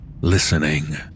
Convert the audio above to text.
listening